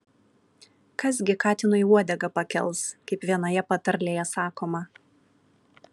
kas gi katinui uodegą pakels kaip vienoje patarlėje sakoma